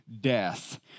death